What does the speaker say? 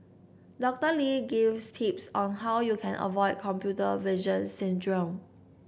Doctor Lee gives tips on how you can avoid computer vision syndrome